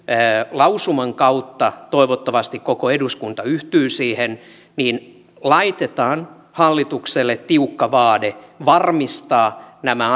lausuman kautta toivottavasti koko eduskunta yhtyy siihen laitetaan hallitukselle tiukka vaade varmistaa nämä